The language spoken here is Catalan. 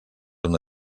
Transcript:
una